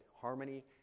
Harmony